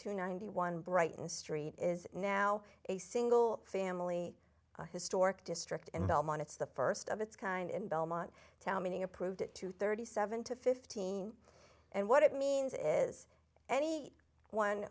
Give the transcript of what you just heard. two ninety one brighton street is now a single family a historic district in belmont it's the first of its kind in belmont town meeting approved at two thirty seven to fifteen and what it means is any one